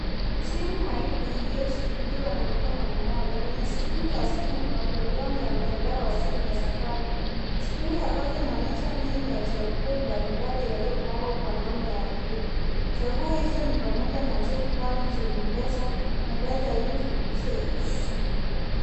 Simu mahiri iliyoshikiliwa na mkono mmoja. Kwenye skrini ya simu kuna programu ya mtandao wa simu ya Safaricom. Skrini ya kwanza inaonyesha menyu ya chaguo mbalimbali yaliyopangwa kwa namna ya grili . Chaguo hizo ni pamoja na check balance , M-Pesa na data usage .